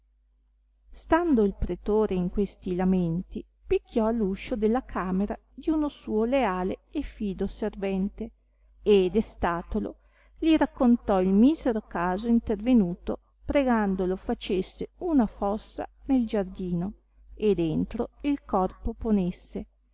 stando il pretore in questi lamenti picchiò all'uscio della camera di uno suo leale e fido servente e destatolo li raccontò il misero caso intervenuto pregandolo facesse una fossa nel giardino e dentro il corpo ponesse